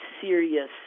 serious